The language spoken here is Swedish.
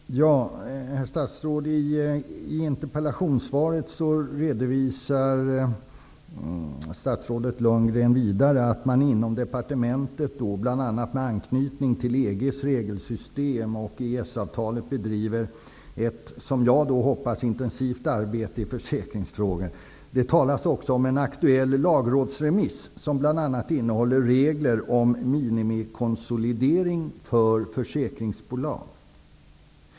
Herr talman! Herr statsråd! I interpellationssvaret redovisar statsrådet Lundgren vidare att man inom departementet, bl.a. med anknytning till EG:s regelsystem och EES-avtalet, bedriver ett förhoppningsvis intensivt arbete i försäkringsfrågor. Det talas också om en aktuell lagrådsremiss som bl.a. innehåller regler om minimikonsolidering för försäkringsbolag. Herr statsråd!